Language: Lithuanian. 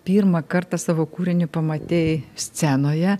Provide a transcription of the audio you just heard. pirmą kartą savo kūrinį pamatei scenoje